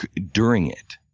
during it.